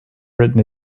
written